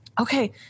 Okay